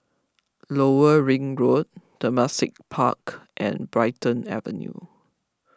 Lower Ring Road Temasek Club and Brighton Avenue